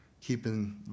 Keeping